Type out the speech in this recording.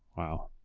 wow.